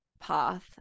path